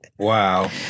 Wow